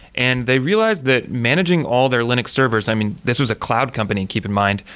and they realized that managing all their linux servers i mean, this was a cloud company, keep in mind.